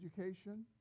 education